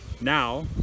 Now